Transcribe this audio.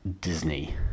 Disney